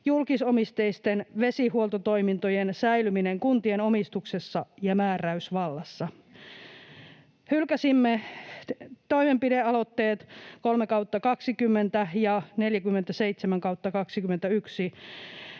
julkisomisteisten vesihuoltotoimintojen säilyminen kuntien omistuksessa ja määräysvallassa.” Hylkäsimme toimenpidealoitteet 3/2020 ja 47/2021